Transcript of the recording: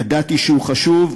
ידעתי שהוא חשוב,